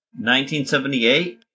1978